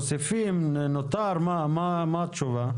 מה התשובה?